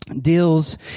deals